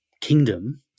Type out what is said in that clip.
kingdom